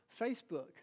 Facebook